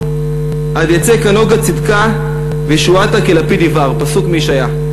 עד יצא כנגה צדקה וישועתה כלפיד יבער" פסוק מישעיה.